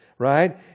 right